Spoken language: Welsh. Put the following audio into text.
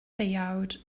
deuawd